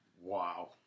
wow